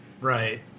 Right